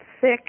sick